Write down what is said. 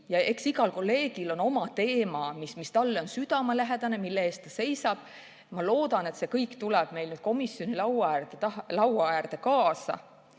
ja eks igal kolleegil on oma teema, mis talle on südamelähedane ja mille eest ta seisab. Ma loodan, et see kõik tuleb meil nüüd komisjoni laua äärde kaasa